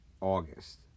August